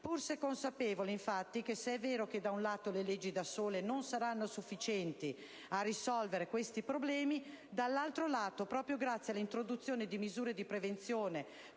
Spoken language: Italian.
Pur consapevoli, infatti, da un lato, che le leggi da sole non saranno sufficienti a risolvere questi problemi, dall'altro lato, sosteniamo che proprio grazie all'introduzione di misure di prevenzione